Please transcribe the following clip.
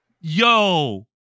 Yo